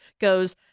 goes